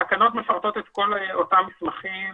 התקנות מפרוטות את כל אותם מסמכים